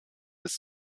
bis